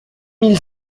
mille